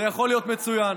זה יכול להיות מצוין.